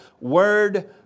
word